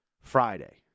Friday